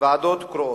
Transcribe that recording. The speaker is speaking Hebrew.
ועדות קרואות.